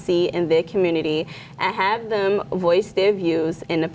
see in their community and have them voice their views and